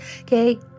Okay